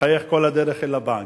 "מחייך כל הדרך אל הבנק".